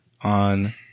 on